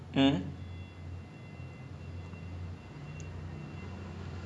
like clarke quay lah இருந்த எதாவது ஒரு:iruntha ethaavathu oru because we spotted out one bar there earlier this week